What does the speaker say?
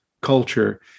culture